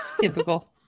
Typical